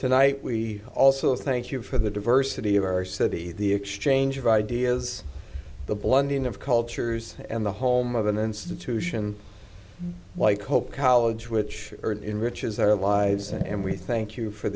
tonight we also thank you for the diversity of our city the exchange of ideas the blending of cultures and the home of an institution like hope college which earned in riches our lives and we thank you for